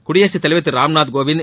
குடியரசு தலைவர் திரு ராம்நாத் கோவிந்த்